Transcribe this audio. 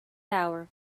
hour